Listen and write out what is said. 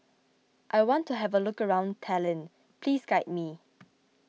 I want to have a look around Tallinn please guide me